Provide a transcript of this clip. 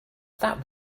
that